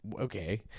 Okay